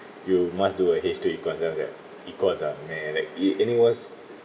you must do a H two econs subject econs ah !nah! like it and it was